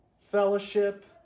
fellowship